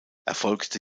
erfolgte